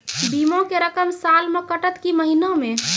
बीमा के रकम साल मे कटत कि महीना मे?